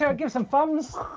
yeah give some thumbs.